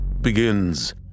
begins